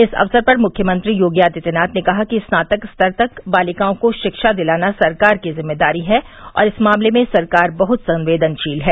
इस अवसर पर मुख्यमंत्री योगी आदित्यनाथ ने कहा कि स्नातक स्तर तक बालिकाओं को शिक्षा दिलाना सरकार की जिम्मेदारी है और इस मामले में सरकार बहुत संवेदनशील है